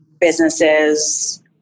businesses